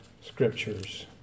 scriptures